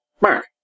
Mark